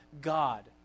God